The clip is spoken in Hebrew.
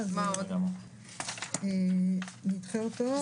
נדחה אותו.